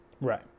right